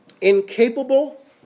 Incapable